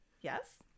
yes